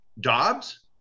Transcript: Dobbs